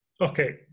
Okay